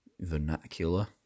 vernacular